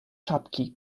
czapki